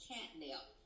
Catnip